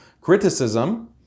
criticism